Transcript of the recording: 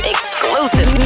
Exclusive